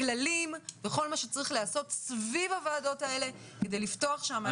הכללים וכל מה שצריך לעשות סביב הועדות האלה כדי לפתוח שם הדברים.